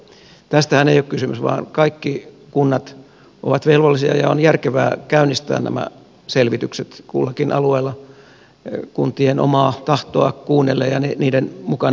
tästähän ei ole kysymys vaan kaikki kunnat ovat velvollisia käynnistämään ja on järkevää käynnistää nämä selvitykset kullakin alueella kuntien omaa tahtoa kuunnellen ja niiden mukana ollen